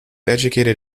educated